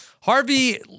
Harvey